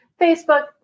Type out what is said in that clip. Facebook